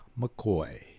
McCoy